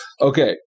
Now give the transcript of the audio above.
Okay